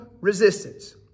resistance